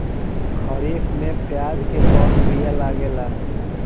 खरीफ में प्याज के कौन बीया लागेला?